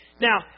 Now